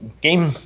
Game